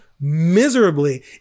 miserably